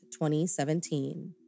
2017